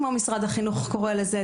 משרד החינוך קורא לזה.